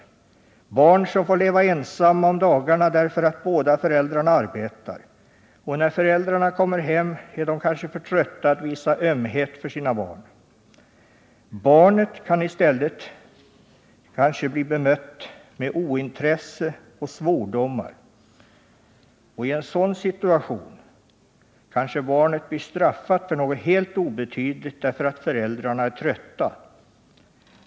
Det är barn som får leva ensamma om dagarna därför att båda föräldrarna arbetar — och när föräldrarna kommer hem är de kanske för trötta att visa ömhet för sina barn. Barnet kan i stället kanske bli bemött med ointresse och svordomar. I en sådan situation kanske barnet blir straffat för något helt obetydligt, därför att föräldrarna är trötta.